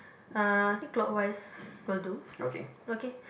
uh I think clockwise will do okay